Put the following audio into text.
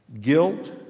Guilt